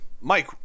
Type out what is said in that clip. Mike